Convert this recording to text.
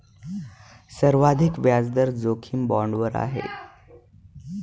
सर्वाधिक व्याजदर जोखीम बाँडवर आहे